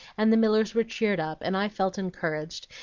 and the millers were cheered up, and i felt encouraged,